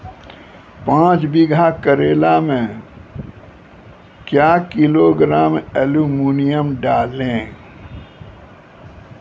पाँच बीघा करेला मे क्या किलोग्राम एलमुनियम डालें?